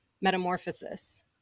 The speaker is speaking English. metamorphosis